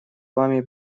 вами